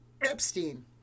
Epstein